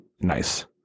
Nice